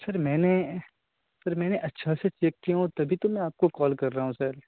سر میں نے سر میں نے اچھا سے چیک کیا ہوں تبھی تو میں آپ کو کال کر رہا ہوں سر